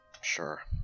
Sure